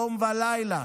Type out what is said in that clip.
יום ולילה,